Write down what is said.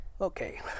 Okay